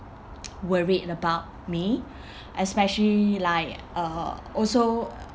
worried about me especially like uh also